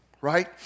right